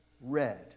red